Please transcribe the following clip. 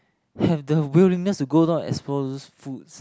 have the willingness to go down as for those food